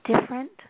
different